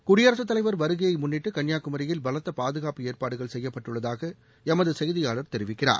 குடியரசுத் தலைவர் வருகையை முன்னிட்டு கன்னியாகுமரியில் பலத்த பாதுகாப்பு ஏற்பாடுகள் செய்யப்பட்டுள்ளதாக எமது செய்தியாளர் தெரிவிக்கிறார்